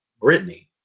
Britney